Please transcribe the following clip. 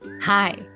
Hi